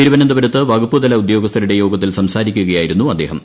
തിരുവനന്തപുരത്ത് വകുപ്പുതല ഉദ്യോഗസ്ഥരുടെ യോഗത്തിൽ സംസാരിക്കുകയായിരുന്നു അദ്ദേഹം